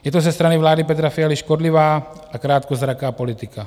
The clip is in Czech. Je to ze strany vlády Petra Fialy škodlivá a krátkozraká politika.